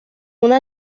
una